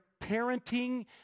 parenting